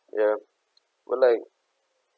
ya or like